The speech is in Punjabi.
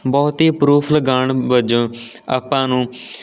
ਬਹੁਤ ਹੀ ਪਰੂਫ ਲਗਾਉਣ ਵਜੋਂ ਆਪਾਂ ਨੂੰ